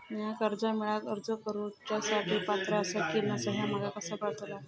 म्या कर्जा मेळाक अर्ज करुच्या साठी पात्र आसा की नसा ह्या माका कसा कळतल?